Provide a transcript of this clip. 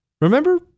remember